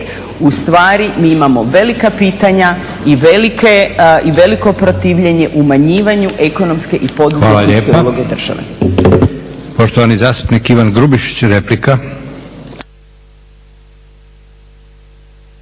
ustvari mi imamo velika pitanja i veliko protivljenje umanjivanju ekonomske i poduzetničke uloge države.